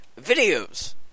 videos